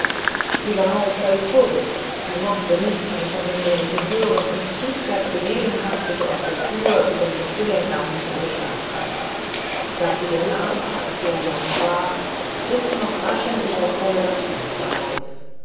sie war voll furcht sie mochte nichts mehr von dem märchen hören und trieb gabrielen hastig aus der tür über den stillen gang in ihre schlafkammer gabriele aber als sie allein war riß noch rasch in ihrer zelle das fenster auf